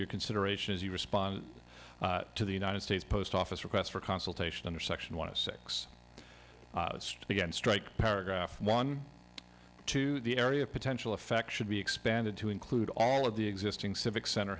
your consideration as you respond to the united states post office request for consultation under section one of six to get strike paragraph one to the area of potential effect should be expanded to include all of the existing civic center